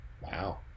Wow